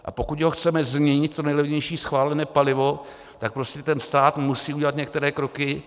A pokud chceme změnit to nejlevnější schválené palivo, tak prostě stát musí udělat některé kroky.